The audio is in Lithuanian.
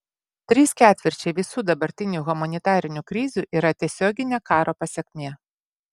trys ketvirčiai visų dabartinių humanitarinių krizių yra tiesioginė karo pasekmė